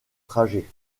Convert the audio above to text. trajet